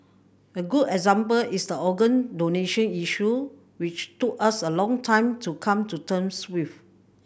a good is the organ donation issue which took us a long time to come to terms with